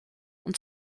und